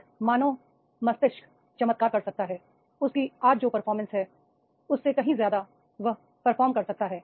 एक मानव मस्तिष्क चमत्कार कर सकता है उसकी आज जो परफॉर्मेंस है उससे कहीं ज्यादा वह परफॉर्म कर सकता है